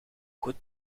goed